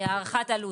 הערכת עלות,